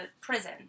prison